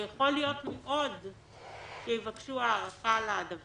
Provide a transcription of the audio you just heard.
ויכול להיות מאוד שיבקשו הארכה לזה